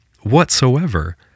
whatsoever